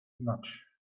much